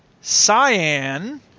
Cyan